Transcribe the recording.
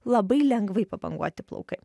labai lengvai pabanguoti plaukai